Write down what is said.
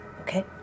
okay